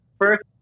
first